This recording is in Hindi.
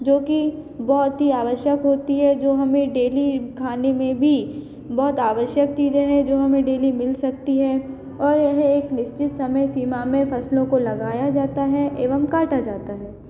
जो कि बहुत ही आवश्यक होती है जो हमें डेली खाने में भी बहुत आवश्यक चीज़ें हैं जो हमें डेली मिल सकती है और यह एक निश्चित समय सीमा में फसलों को लगाया जाता है एवं काटा जाता है